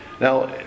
Now